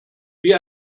wie